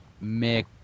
make